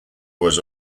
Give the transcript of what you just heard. was